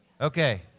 Okay